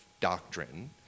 doctrine